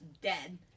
dead